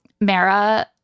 Mara